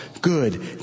good